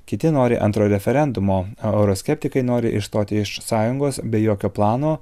kiti nori antro referendumo euroskeptikai nori išstoti iš sąjungos be jokio plano